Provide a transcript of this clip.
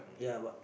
ya but